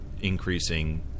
increasing